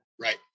right